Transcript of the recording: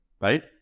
right